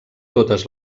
totes